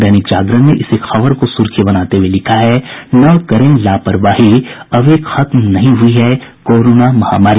दैनिक जागरण ने इसी खबर को सुर्खी बनाते हुए लिखा है न करें लापरवाही अभी खत्म नहीं हुई है कोरोना महामारी